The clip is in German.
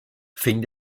fing